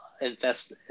invest